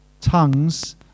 Tongues